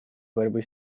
борьбы